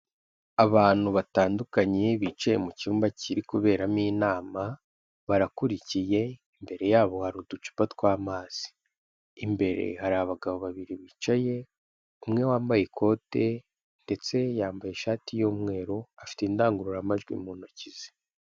Abantu batandukanye bicaye mu cyumba kiri kuberamo inama, barakurikiye, imbere yabo hari uducupa tw'amazi, imbere hari abagabo babiri bicaye, umwe wambaye ikote ndetse yambaye ishati y'umweru, afite indangururamajwi mu ntoki ze.